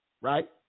right